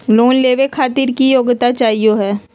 Loan लेवे खातीर की योग्यता चाहियो हे?